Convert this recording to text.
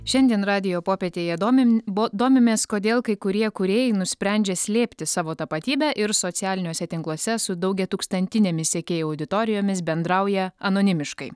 šiandien radijo popietėje domi bo domimės kodėl kai kurie kūrėjai nusprendžia slėpti savo tapatybę ir socialiniuose tinkluose su daugiatūkstantinėmis sekėjų auditorijomis bendrauja anonimiškai